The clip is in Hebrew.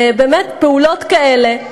באמת פעולות כאלה,